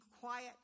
quiet